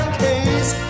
case